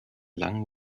langen